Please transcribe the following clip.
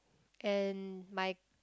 and my